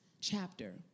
chapter